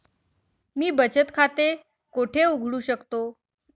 मी बचत खाते कोठे उघडू शकतो?